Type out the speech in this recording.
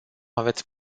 aveți